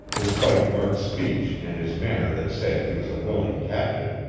despite murk's speech and his manner that said he was a willing captive.